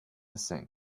sink